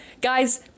guys